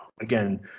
Again